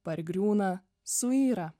pargriūna suyra